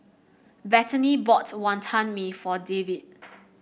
Bethany bought Wantan Mee for David